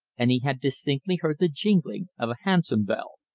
and he had distinctly heard the jingling of a hansom bell.